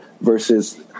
Versus